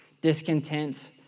discontent